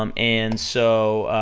um and so,